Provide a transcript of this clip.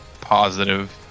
positive